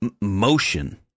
motion